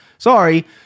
Sorry